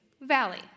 valley